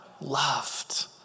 loved